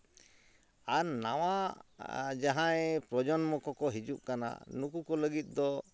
ᱟᱨ ᱱᱟᱣᱟ ᱡᱟᱦᱟᱸᱭ ᱯᱨᱚᱡᱚᱱᱢᱚ ᱠᱚᱠᱚ ᱦᱤᱡᱩᱜ ᱠᱟᱱᱟ ᱱᱩᱠᱩ ᱠᱚ ᱞᱟᱹᱜᱤᱫ ᱫᱚ